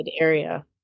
area